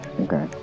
Okay